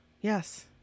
Yes